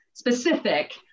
specific